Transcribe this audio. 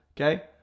okay